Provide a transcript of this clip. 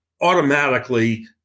automatically